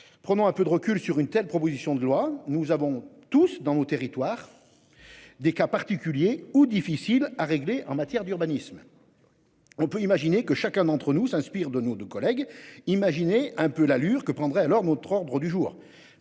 Prenons un peu de recul sur une telle proposition de loi, nous avons tous dans nos territoires. Des cas particuliers ou difficiles à régler en matière d'urbanisme. On peut imaginer que chacun d'entre nous s'inspire de nos deux collègues. Imaginez un peu l'allure que prendrait alors notre ordre du jour.